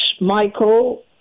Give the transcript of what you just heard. Michael